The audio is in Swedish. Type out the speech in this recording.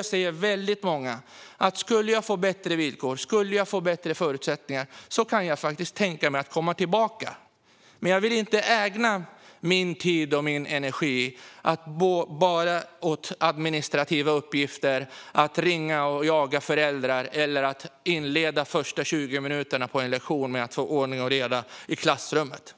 De säger att om de skulle få bättre villkor och bättre förutsättningar kan de faktiskt tänka sig att komma tillbaka. Men de vill inte ägna sin tid och sin energi bara åt administrativa uppgifter, att ringa och jaga föräldrar, eller att inleda de första 20 minuterna av en lektion med att försöka få ordning och reda i klassrummet.